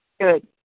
Good